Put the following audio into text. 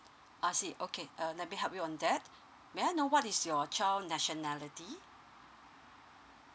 I see okay uh let me help you on that may I know what is your child nationality